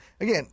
again